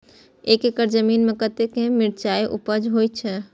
एक एकड़ जमीन में कतेक मिरचाय उपज होई छै?